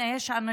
כמו אוסאמה.